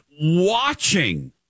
watching